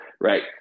right